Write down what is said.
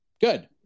Good